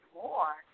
more